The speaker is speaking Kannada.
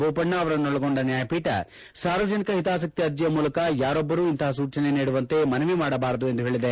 ಬೋಪಣ್ಣ ಅವರನ್ನೊಳಗೊಂಡ ನ್ಯಾಯಪೀಠ ಸಾರ್ವಜನಿಕ ಹಿತಾಸಕ್ತೆ ಅರ್ಜಿಯ ಮೂಲಕ ಯಾರೊಬ್ಬರು ಇಂತಪ ಸೂಚನೆ ನೀಡುವಂತೆ ಮನವಿ ಮಾಡಬಾರದು ಎಂದು ಹೇಳಿದೆ